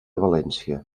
valència